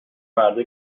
مردا